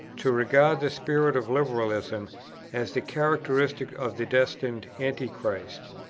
to regard the spirit of liberalism as the characteristic of the destined antichrist?